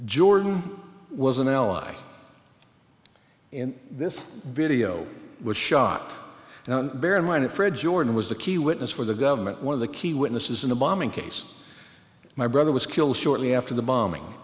jordan was an ally in this video was shot and bear in mind it fred jordan was a key witness for the government one of the key witnesses in the bombing case my brother was killed shortly after the bombing